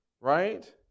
right